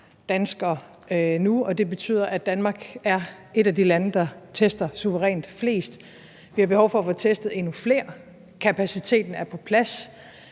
danskere nu, og det betyder, at Danmark er et af de lande, der tester suverænt flest. Vi har behov for at få testet endnu flere. Kapaciteten er på plads,